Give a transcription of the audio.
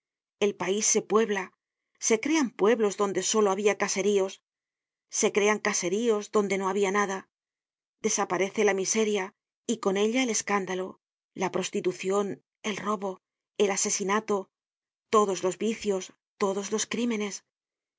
el pais se puebla se crean pueblos donde solo habia caseríos se crean caseríos donde no habia nada desaparece la miseria y con ella el escándalo la prostitucion el robo el asesinato todos los vicios todos los crímenes